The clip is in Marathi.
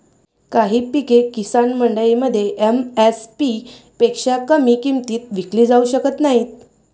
काही पिके किसान मंडईमध्ये एम.एस.पी पेक्षा कमी किमतीत विकली जाऊ शकत नाहीत